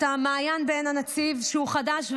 את המעיין בעין הנציב שהוא חדש,